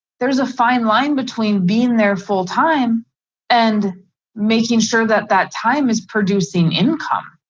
there's a fine line between being there full time and making sure that that time is producing income.